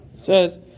says